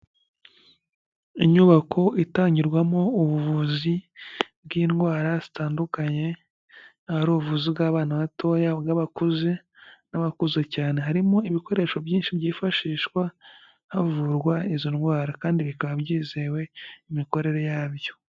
Inyubako itangirwamo ubuvuzi bw'indwara zitandukanye, ahari ubuvuzi bw'abana batoya, ubw'abakuze n'abakuze cyane. Harimo ibikoresho byinshi byifashishwa havurwa izo ndwara kandi bikaba byizewe n'imikorere yabyo.